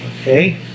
okay